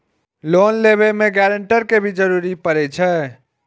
Loan लेबे में guarantor के भी जरूरी परे छै?